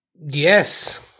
Yes